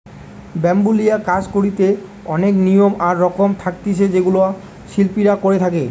bamboo লিয়া কাজ করিতে অনেক নিয়ম আর রকম থাকতিছে যেগুলা শিল্পীরা করে থাকে